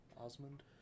osmond